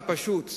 הפשוט,